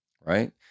Right